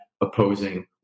opposing